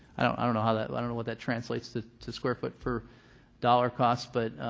i don't know how that i don't know what that translates to to square foot for dollar cost, but